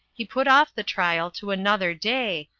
he put off the trial to another day,